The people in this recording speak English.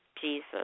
Jesus